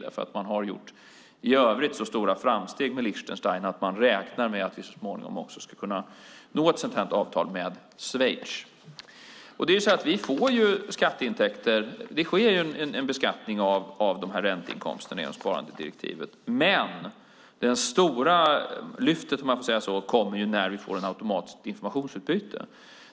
I övrigt har man gjort så stora framsteg med Liechtenstein att man räknar med att vi så småningom också ska kunna nå ett sådant här avtal med Schweiz. Det sker en beskattning av dessa ränteinkomster genom sparandedirektivet, men det stora lyftet kommer när vi får ett automatiskt informationsutbyte.